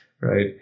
right